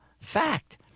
Fact